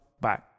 Bye